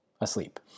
asleep